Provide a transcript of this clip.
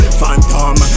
phantom